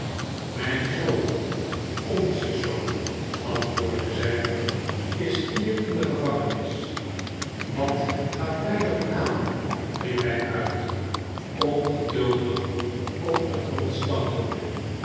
mijn zoon onze zoon antwoordde zij is hier in de gevangenis wat gaat mij dat aan riep hij uit ongeduldig op den grond stampende